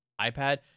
iPad